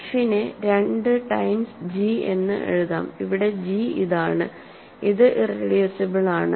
f നെ 2 times g എന്ന് എഴുതാം ഇവിടെ g ഇതാണ് ഇത് ഇറെഡ്യൂസിബിൾ ആണ്